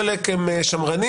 חלק הם שמרנים,